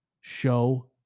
Show